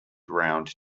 round